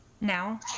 now